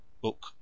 Book